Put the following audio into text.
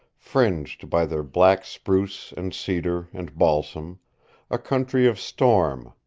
fringed by their black spruce and cedar and balsam a country of storm,